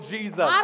Jesus